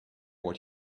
what